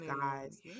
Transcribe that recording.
guys